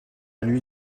lui